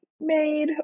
made